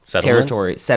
territory